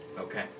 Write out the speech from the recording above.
Okay